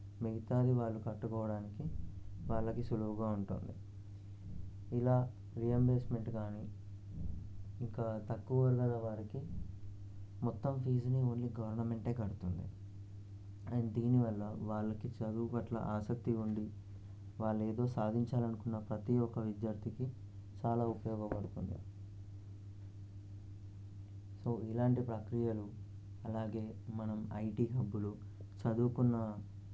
మిగతాది వాళ్ళు కట్టుకోవడానికి వాళ్ళకి సులువుగా ఉంటుంది ఇలా రియంబర్స్మెంట్ కానీ ఇక తక్కువ గలవారికి మొత్తం ఫీజుని ఓన్లీ గవర్నమెంటే కడుతుంది అండ్ దీని వల్ల వాళ్ళకి చదువు పట్ల ఆసక్తి ఉండి వాళ్ళు ఏదో సాధించాలనుకున్న ప్రతీ ఒక్క విద్యార్థికి చాలా ఉపయోగపడుతుంది సో ఇలాంటి ప్రక్రియలు అలాగే మనం ఐటీ క్లబ్బులు చదువుకున్న